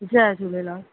Jay Jhulelal